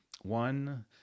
one